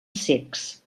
cecs